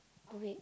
do it